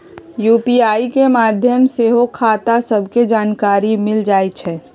UPI के माध्यम से सेहो खता सभके जानकारी मिल जाइ छइ